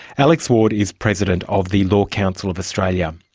alex ward is president of the law council of australia.